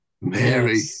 Mary